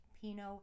Pinot